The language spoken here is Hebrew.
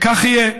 וכך יהיה.